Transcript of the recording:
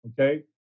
okay